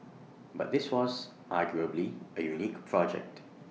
but this was arguably A unique project